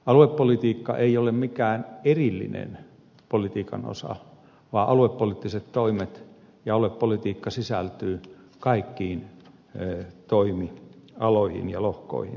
aluepolitiikka ei ole mikään erillinen politiikan osa vaan aluepoliittiset toimet ja aluepolitiikka sisältyvät kaikkiin toimialoihin ja lohkoihin